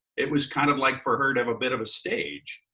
it was kind of like for her to have a bit of a stage.